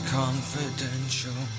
confidential